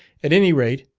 at any rate,